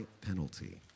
penalty